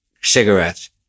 cigarettes